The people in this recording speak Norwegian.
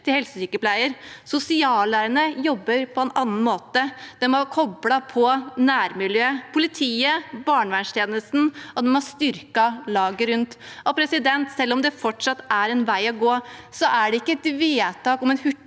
til helsesykepleier. Sosiallærerne jobber på en annen måte. De har koblet på nærmiljøet, politiet og barnevernstjenesten, og de har styrket laget rundt. Selv om det fortsatt er en vei å gå, er det ikke et vedtak om en